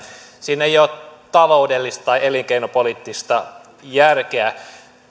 siinä ei ole taloudellista tai elinkeinopoliittista järkeä